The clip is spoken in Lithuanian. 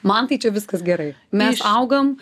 man tai čia viskas gerai mes augam